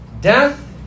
death